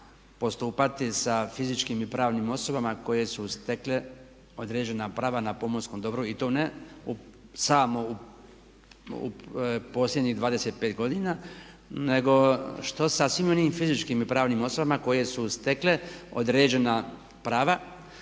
postupati sa fizičkim i pravnim osobama koje su stekle određena prava na pomorskom dobru i to ne samo u posljednjih 25 godina, nego što sa svim onim fizičkim i pravnim osobama koje su stekle određena prava.